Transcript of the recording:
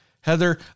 Heather